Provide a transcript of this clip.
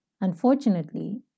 Unfortunately